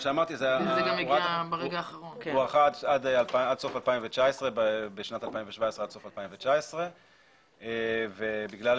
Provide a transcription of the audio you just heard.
הממשלה מבקשת להאריך את הוראת השעה עד סוף 2022. מדובר